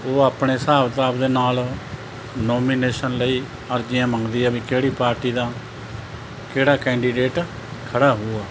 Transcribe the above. ਉਹ ਆਪਣੇ ਹਿਸਾਬ ਕਿਤਾਬ ਦੇ ਨਾਲ ਨੌਮੀਨੇਸ਼ਨ ਲਈ ਅਰਜ਼ੀਆਂ ਮੰਗਦੀ ਹੈ ਵੀ ਕਿਹੜੀ ਪਾਰਟੀ ਦਾ ਕਿਹੜਾ ਕੈਂਡੀਡੇਟ ਖੜ੍ਹਾ ਹੋਊਗਾ